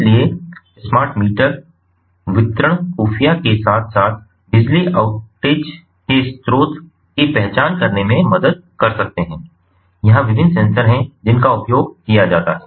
इसलिए smart meter वितरण खुफिया के साथ साथ बिजली आउटेज के स्रोत की पहचान करने में मदद कर सकते हैं यहाँ विभिन्न सेंसर हैं जिनका उपयोग किया जाता है